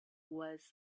was